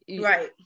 Right